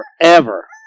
forever